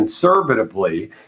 conservatively